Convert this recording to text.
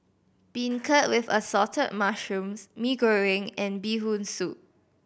beancurd with Assorted Mushrooms Mee Goreng and Bee Hoon Soup